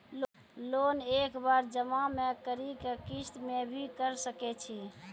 Loan एक बार जमा म करि कि किस्त मे भी करऽ सके छि?